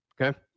Okay